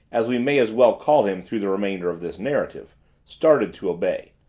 as we may as well call him through the remainder of this narrative started to obey.